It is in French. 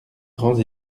grands